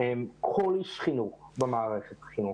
לכל איש חינוך במערכת החינוך.